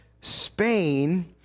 Spain